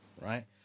right